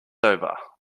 over